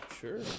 Sure